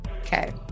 Okay